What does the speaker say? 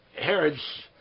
Herod's